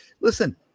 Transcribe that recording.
Listen